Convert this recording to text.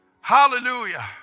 Hallelujah